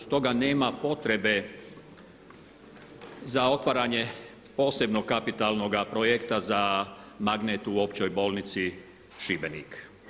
Stoga nema potrebe za otvaranje posebnog kapitalnoga projekta za magnet u Općoj bolnici Šibenik.